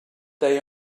day